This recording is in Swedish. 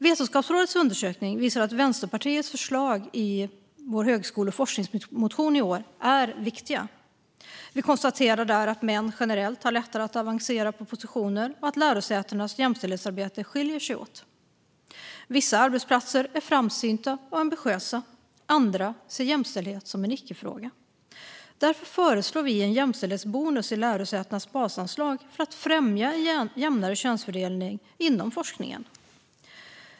Vetenskapsrådets undersökning visar att Vänsterpartiets förslag i vår högskole och forskningsmotion i år är viktiga. Vi konstaterar där att män generellt har lättare att avancera på positioner och att lärosätenas jämställdhetsarbete skiljer sig åt. Vissa arbetsplatser är framsynta och ambitiösa, andra ser jämställdhet som en icke-fråga. Därför föreslår vi en jämställdhetsbonus i lärosätenas basanslag för att främja en jämnare könsfördelning inom forskningen.